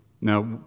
Now